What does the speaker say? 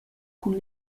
cun